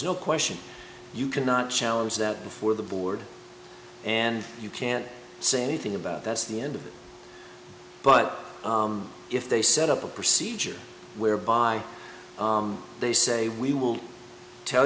no question you cannot challenge that before the board and you can't say anything about that's the end of it but if they set up a procedure whereby they say we will tell